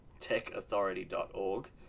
techauthority.org